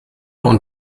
und